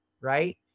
right